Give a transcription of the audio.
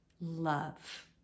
love